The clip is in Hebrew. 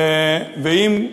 ואם,